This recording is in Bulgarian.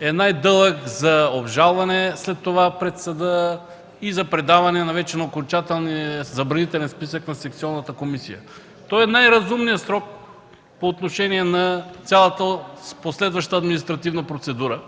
е най-дълъг за обжалване, след това пред съда и за предаване на вече окончателния, забранителен списък на секционната комисия. Той е най-разумният срок по отношение на цялата последваща административна процедура,